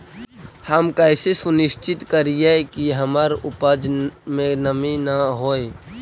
हम कैसे सुनिश्चित करिअई कि हमर उपज में नमी न होय?